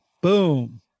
boom